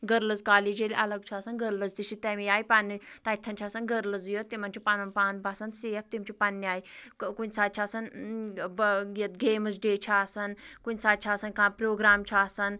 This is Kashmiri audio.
گٔرلٔز کالیج ییٚلہِ اَلگ چھُ آسان گٔرلٔز تہِ چھِ تٔمی آیہِ پَنٕنۍ تَتٮ۪ن چھِ آسان گٔرلٔزٕے یوت تِمَن چھُ پَنُن پان باسان سیٚف تہٕ تِم چھِ پَنٕنہِ آیہِ کُنہِ ساتہٕ چھِ آسان یہِ گیمٕز ڈے چھُ آسان کُنہِ ساتہٕ چھُ آسان کانٛہہ پرٛوگرام چھُ آسان